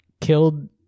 killed